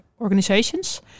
organizations